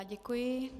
Děkuji.